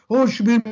oh subir,